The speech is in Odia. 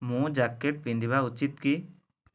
ମୁଁ ଜ୍ୟାକେଟ୍ ପିନ୍ଧିବା ଉଚିତ୍ କି